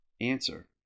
Answer